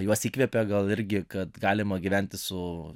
juos įkvepia gal irgi kad galima gyventi su